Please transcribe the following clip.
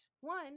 One